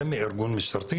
סמי ארגון משטרתי,